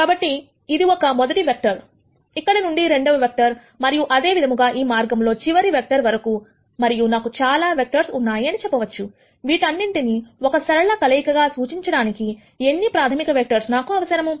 కాబట్టి ఇక్కడ ఇది ఒక మొదటి వెక్టర్ ఇక్కడి నుండి రెండవ వెక్టర్ మరియు అదే విధముగా ఈ మార్గంలో చివరి వెక్టర్ వరకు మరియు నాకు చాలా వెక్టర్స్ ఉన్నాయి అని చెప్పవచ్చు వీటన్నింటిని ఒక సరళ కలయికగా సూచించడానికి ఎన్ని ప్రాథమిక వెక్టర్స్ నాకు అవసరము